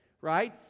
right